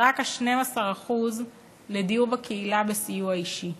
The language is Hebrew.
ורק 12% לדיור בקהילה בסיוע אישי.